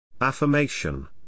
Affirmation